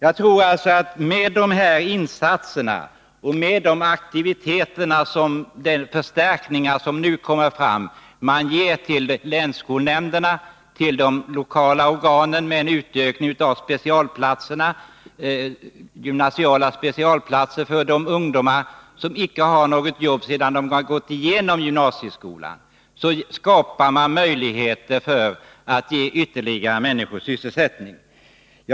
Genom de insatser, aktiviteter och förstärkningar som nu sätts in och som kommer länsskolnämnderna till del och där de lokala organisationerna får en utökning av gymnasiala specialplatser för de ungdomar som icke har något jobb sedan de gått igenom gymnasieskolan skapar man möjlighet att ge ytterligare människor sysselsättning.